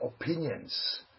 opinions